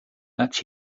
that